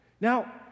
Now